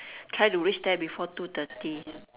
try to reach there before two thirty